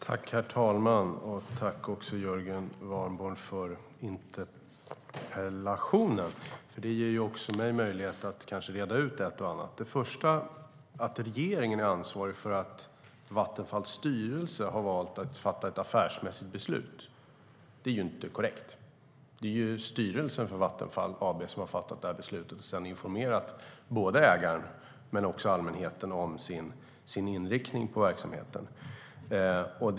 Herr talman! Tack också Jörgen Warborn för interpellationen! Den ger ju också mig möjlighet att reda ut ett och annat. Att regeringen är ansvarig för att Vattenfalls styrelse har valt att fatta ett affärsmässigt beslut är ju inte korrekt. Det är styrelsen för Vattenfall AB som har fattat det här beslutet och sedan informerat både ägaren och allmänheten om sin inriktning på verksamheten.